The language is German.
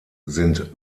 sind